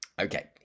Okay